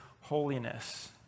holiness